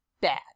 bad